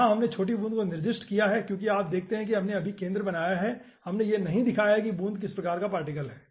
यहां हमने छोटी बूंद को निर्दिष्ट किया है क्योंकि आप देखते हैं कि हमने अभी केंद्र बनाया है हमने यह नहीं दिखाया है कि बूंद किस प्रकार का पार्टिकल है